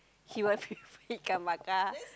he want ikan bakar